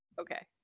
Okay